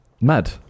Mad